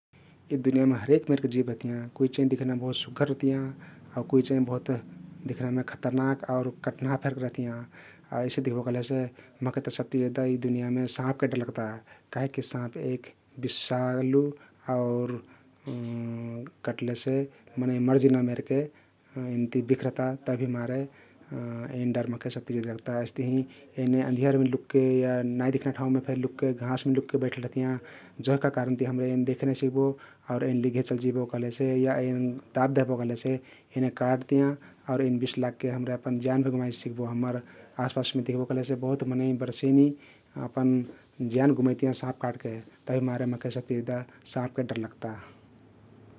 यि दुनियामे हरेक मेरके जिब रहतियाँ । कुइ चाहिं दिख्नामे सुग्घर रहतियाँ आउ कुइ चहिं बहुत दिख्नामे खतरनाख रहतियाँ । आइसे दिख्बो कहलेसे महके सबति जेदा यि बुनियामे साँपके डर लग्ता । काहिकी साँप एक बिषालु आउर कटलेसे मनइ मरजिना मेरके एइनति बिख रहता । तभिमारे एइन डर महके सबति जेदा लग्ता । अइस्तहिं एने आँधियरमे लुकके या नाइ दिख्ना ठाउँमे फे लुकके, घाँसमे लुकके बैठल रहतियाँ । जेहका कारनति हमरे एन देखे नाइ सिक्बो आउर एन लिग्घे चल्जिबो कहलेसे, एन दबदहलो कहलेसे एने कट्तियाँ आउर एन बिष लागके हमरे अपन ज्यानफे गुमाइ सक्बो । हम्मर आसपास दिख्बो कहलेसे बहुत मनइ बर्षेनी अपन ज्यान गुमइतियाँ साँप काट्के । तभिमारे महके सबति जेदा साँपके डर लग्ता ।